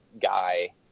guy